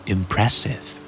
Impressive